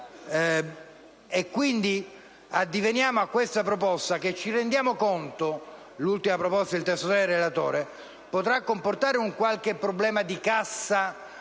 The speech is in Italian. Quindi, addiveniamo a questa proposta. Ci rendiamo conto che l'ultimo testo proposto dal relatore potrà comportare un qualche problema di cassa